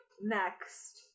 Next